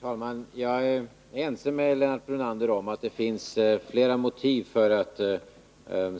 Herr talman! Jag är ense med Lennart Brunander om att det finns flera motiv för att